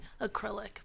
acrylic